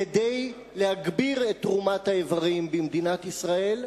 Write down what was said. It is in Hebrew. כדי להגביר את תרומת האיברים במדינת ישראל.